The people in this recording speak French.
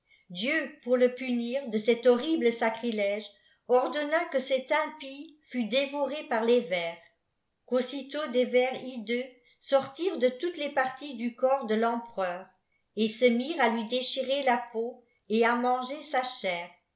dieu pour le punirde cet horrible sacrilège ordonna que cet impie fût dévoré p les vers qu'aussitôt des vers hideux sorti'rent de toutes les parties du corps de l'empereur et se mirent à lui déchirer la peau et à manger sa chair